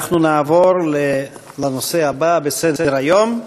נעבור לנושא הבא בסדר-היום.